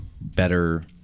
better